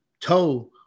toe